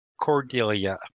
Cordelia